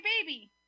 baby